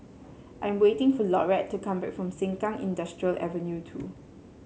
I'm waiting for Laurette to come back from Sengkang Industrial Avenue two